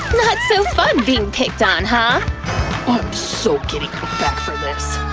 not so fun being picked on, huh? i'm so getting her back for this.